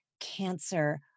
Cancer